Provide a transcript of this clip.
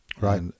right